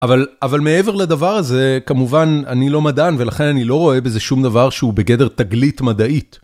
אבל מעבר לדבר הזה כמובן אני לא מדען ולכן אני לא רואה בזה שום דבר שהוא בגדר תגלית מדעית.